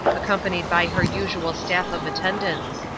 accompanied by her usual staff of attendants.